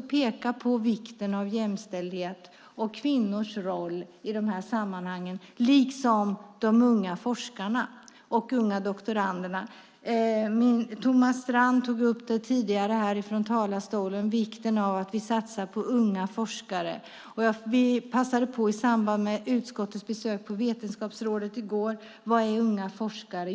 bli att peka på vikten av jämställdhet och kvinnors roll i de här sammanhangen, liksom de unga forskarnas och doktorandernas. Thomas Strand tog upp vikten av att vi satsar på unga forskare. I samband med utskottets besök på Vetenskapsrådet i går passade vi på att ta upp frågan: Vad är unga forskare?